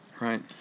Right